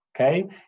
okay